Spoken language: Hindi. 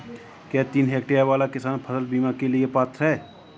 क्या तीन हेक्टेयर वाला किसान फसल बीमा के लिए पात्र हैं?